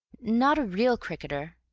not a real cricketer,